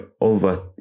over